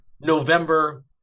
November